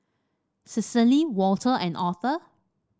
Cecily Walter and Authur